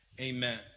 Amen